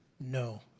No